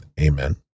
Amen